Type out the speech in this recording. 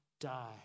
die